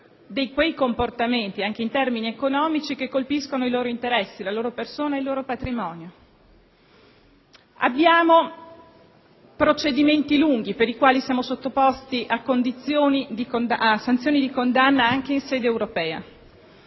di quei comportamenti che colpiscono i loro interessi, la loro persona e il loro patrimonio. Abbiamo procedimenti lunghi per i quali siamo sottoposti a sanzioni di condanna anche in sede europea.